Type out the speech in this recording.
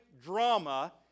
drama